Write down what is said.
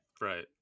right